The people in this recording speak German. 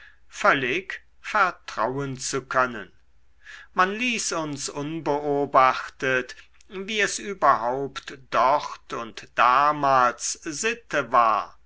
völlig vertrauen zu können man ließ uns unbeobachtet wie es überhaupt dort und damals sitte war